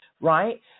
right